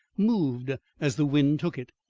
moved as the wind took it.